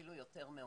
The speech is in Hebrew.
אפילו יותר מהולם.